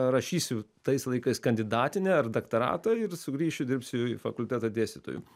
rašysiu tais laikais kandidatinę ar daktaratą ir sugrįšiu dirbsiu į fakultetą dėstytoju